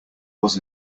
was